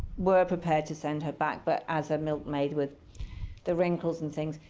were prepared to send her back, but as a milkmaid with the wrinkles and things.